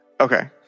Okay